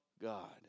God